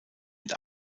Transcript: mit